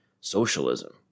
socialism